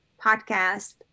podcast